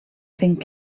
thing